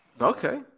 Okay